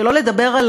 שלא לדבר על